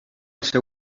seu